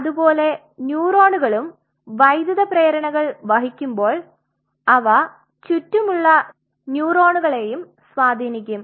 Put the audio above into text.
അതുപോലെ ന്യൂറോണുകളും വൈദ്യുത പ്രേരണകൾ വഹിക്കുമ്പോൾ അവ ചുറ്റുമുള്ള ന്യൂറോണുകളെയും സ്വാധീനിക്കും